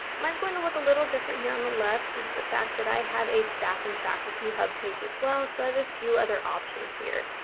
mine is going to look a little different here on the left due to the fact that i have a staff and faculty hub page as well so i have a few other options here.